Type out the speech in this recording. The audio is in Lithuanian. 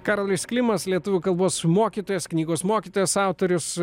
karolis klimas lietuvių kalbos mokytojas knygos mokytojas autorius